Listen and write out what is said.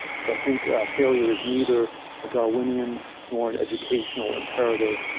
so i think failure is neither a darwinian nor an educational imperative.